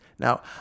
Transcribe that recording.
Now